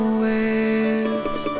waves